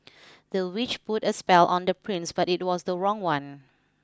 the witch put a spell on the prince but it was the wrong one